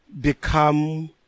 become